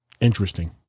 Interesting